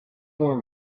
were